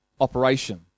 operation